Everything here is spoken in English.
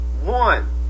one